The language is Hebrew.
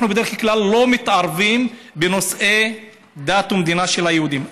אנחנו בדרך כלל לא מתערבים בנושאי דת ומדינה של היהודים.